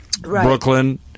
Brooklyn